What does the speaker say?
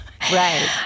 Right